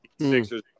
Sixers